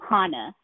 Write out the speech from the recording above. Hana